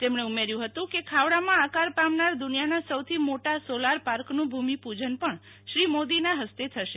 તેમણે ઉમેર્યું હતું કે ખાવડામાં આકાર પામનાર દુનિયાના સૌથી મોટા સોલર પાર્કનું ભૂમિપૂજન પણ શ્રી મોદીના હસ્તે થશે